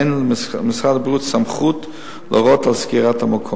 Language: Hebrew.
אין למשרד הבריאות סמכות להורות על סגירת המקום.